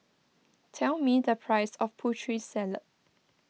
tell me the price of Putri Salad